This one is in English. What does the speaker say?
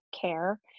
care